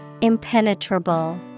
Impenetrable